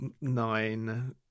nine